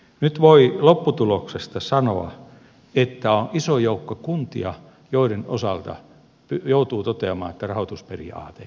nyt voi lopputuloksesta sanoa että on iso joukko kuntia joiden osalta joutuu toteamaan että rahoitusperiaate ei toteudu